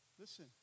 Listen